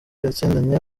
yatsindanye